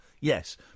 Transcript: Yes